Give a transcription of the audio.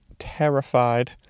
terrified